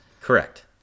Correct